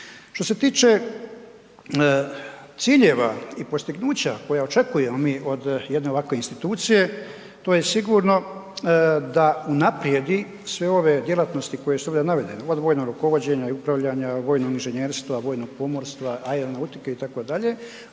Što se tiče ciljeva i postignuća koja očekujemo mi od jedne ovakve institucije, to je sigurno da unaprijedi sve ove djelatnosti koje su ovdje navedene, od vojnog rukovođenja i upravljanja, vojnog inženjerstva, vojnog pomorstva, aeronautike, itd.,